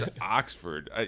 Oxford